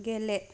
गेले